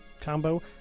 combo